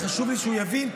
חשוב לי שהוא יבין,